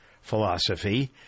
philosophy